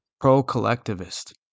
pro-collectivist